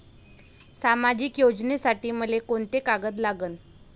सामाजिक योजनेसाठी मले कोंते कागद लागन?